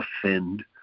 offend